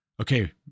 Okay